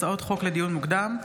הצעות חוק לדיון מוקדם,